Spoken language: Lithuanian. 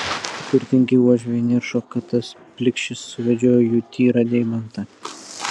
turtingi uošviai niršo kad tas plikšis suvedžiojo jų tyrą deimantą